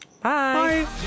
Bye